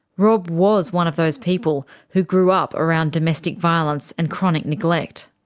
rob was one of those people who grew up around domestic violence and chronic neglect.